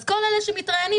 אז כל אלה שמתראיינים,